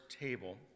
table